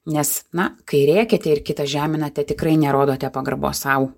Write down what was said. nes na kai rėkiate ir kitą žeminate tikrai nerodote pagarbos sau